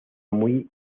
muy